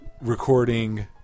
recording